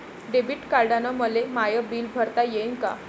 Debit कार्डानं मले माय बिल भरता येईन का?